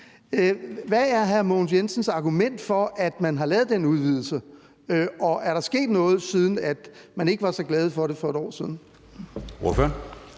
Hvad er hr. Mogens Jensens argument for, at man har lavet den udvidelse, og er der sket noget, siden man ikke var så glad for det for et år siden?